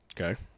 Okay